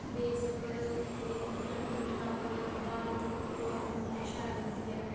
base उप्पर कोई घटना उप्पर आधारित होऐ ओह् मिगी शैल लगदी ऐ